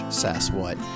sasswhat